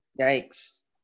Yikes